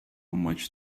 much